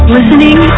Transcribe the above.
Listening